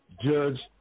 Judge